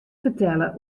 fertelle